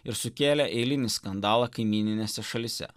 ir sukėlė eilinį skandalą kaimyninėse šalyse